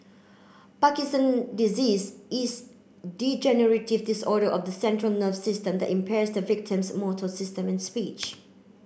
Parkinson Disease is degenerative disorder of the central nerve system that impairs the victim's motor system and speech